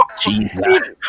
Jesus